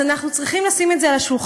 אנחנו צריכים לשים את זה על השולחן.